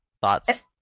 Thoughts